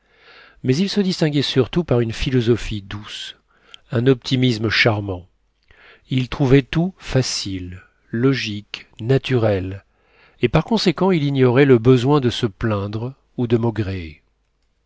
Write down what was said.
mais il se distinguait surtout par une philosophie douce un optimisme charmant il trouvait tout facile logique naturel et par conséquent il ignorait le besoin de se plaindre ou de